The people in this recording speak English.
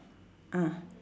ah